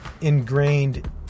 ingrained